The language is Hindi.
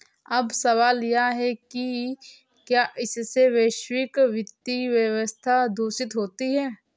अब सवाल यह है कि क्या इससे वैश्विक वित्तीय व्यवस्था दूषित होती है